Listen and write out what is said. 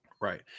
Right